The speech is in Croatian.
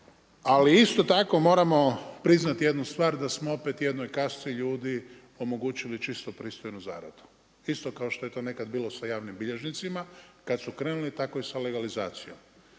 Ali isto tako moramo priznati jednu stvar da smo opet jednoj kasti ljudi omogućili čistu pristojnu zaradu, isto kao što je to nekad bilo sa javnim bilježnicima kada su krenuli, tako i sa legalizacijom.